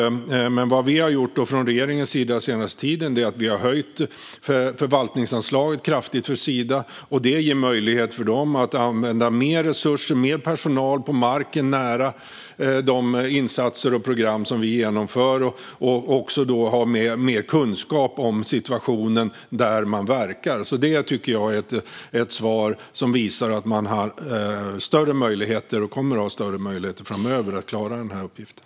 Regeringen har under den senaste tiden höjt förvaltningsanslaget kraftigt för Sida. Det ger möjlighet för dem att använda mer resurser och mer personal på marken nära de insatser och program som genomförs och också ha mer kunskap om situationen där de verkar. Det tycker jag är ett svar som visar att de har större möjligheter och kommer att ha större möjligheter framöver att klara dessa uppgifter.